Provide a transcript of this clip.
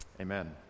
Amen